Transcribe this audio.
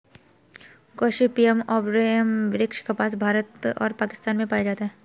Gossypium arboreum वृक्ष कपास, भारत और पाकिस्तान में पाया जाता है